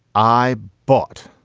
i bought.